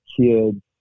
kids